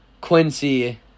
Quincy